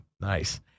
Nice